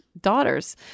Daughters